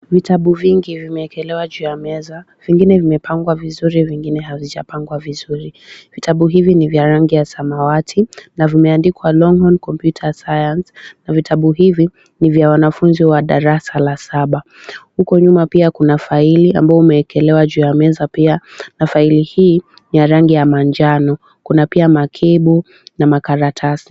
Vitabu vingi vimeekelewa juu ya meza, vingine vimepangwa vizuri vingine havijapangwa vizuri. Vitabu hivi ni vya rangi ya samawati, na vimeandikwa Longhorn Computer Science, na vitabu hivi ni vya wanafunzi wa darasa la saba. Huko nyuma pia, kuna faili ambao umeekelewa juu ya meza pia na faili hii ni ya rangi ya manjano. Kuna pia makibu na makaratasi.